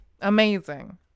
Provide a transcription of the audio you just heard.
Amazing